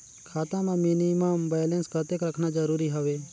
खाता मां minimum balance कतेक रखना जरूरी हवय?